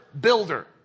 builder